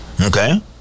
Okay